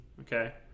Okay